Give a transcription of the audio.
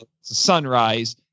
sunrise